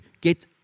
get